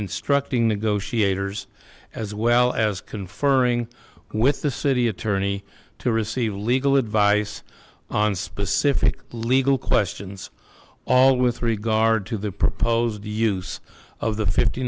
instructing negotiators as well as conferring with the city attorney to receive legal advice on specific legal questions all with regard to the proposed use of the fifty